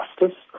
justice